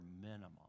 minimum